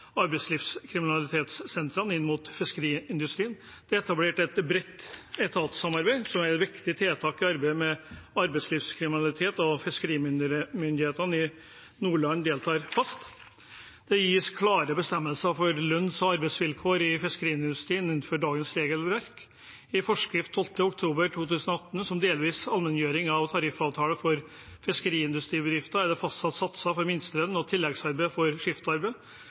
arbeidslivskriminalitetssentrene inn mot fiskeriindustrien, og vi har etablert et bredt etatssamarbeid som er et viktig tiltak i arbeidet med arbeidslivskriminalitet, og fiskerimyndighetene i Nordland deltar fast. Det gis klare bestemmelser for lønns- og arbeidsvilkår i fiskeriindustrien innenfor dagens regelverk. I forskrift av 12. oktober 2018 om delvis allmenngjøring av tariffavtale for fiskeriindustribedrifter er det fastsatt satser for minstelønn og tillegg ved skiftarbeid.